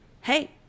Hey